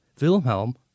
wilhelm